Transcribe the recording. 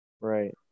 Right